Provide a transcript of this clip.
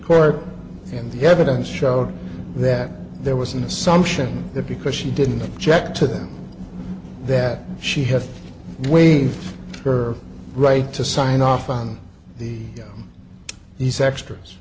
court and the evidence showed that there was an assumption that because she didn't object to them that she had waived her right to sign off on the on the sex tra